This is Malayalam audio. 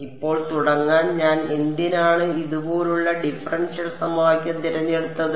ഇപ്പോൾ തുടങ്ങാൻ ഞാൻ എന്തിനാണ് ഇതുപോലുള്ള ഡിഫറൻഷ്യൽ സമവാക്യം തിരഞ്ഞെടുത്തത്